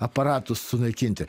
aparatus sunaikinti